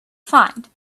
find